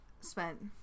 spent